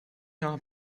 are